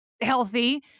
healthy